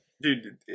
Dude